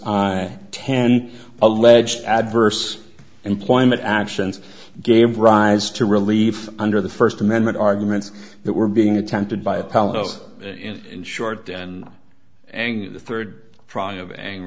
ten alleged adverse employment actions games rise to relieve under the first amendment arguments that were being attempted by apollo's in short and ang the third trial of anger